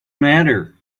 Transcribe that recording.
matter